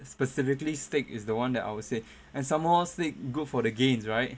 specifically steak is the one that I would say and some more steak good for the gains right